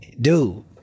dude